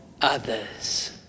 others